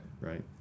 Right